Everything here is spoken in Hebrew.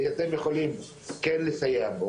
אתם יכולים כן לסייע בו,